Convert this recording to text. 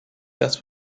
das